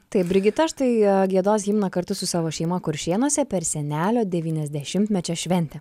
taip brigita štai giedos himną kartu su savo šeima kuršėnuose per senelio devyniasdešimtmečio šventę